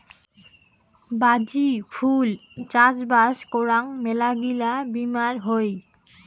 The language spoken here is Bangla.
বাজি ফুল চাষবাস করাং মেলাগিলা বীমার হই